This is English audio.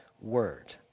word